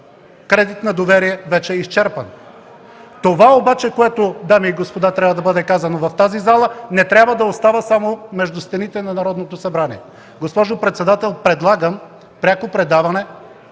кредит на доверие вече е изчерпан. Това обаче, уважаеми дами и господа, което трябва да бъде казано в тази зала, не трябва да остава само между стените на Народното събрание. Госпожо председател, предлагам пряко предаване